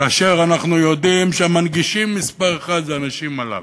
כאשר אנחנו יודעים שהמנגישים מספר אחת הם האנשים הללו.